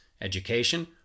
education